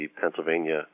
Pennsylvania